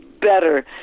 better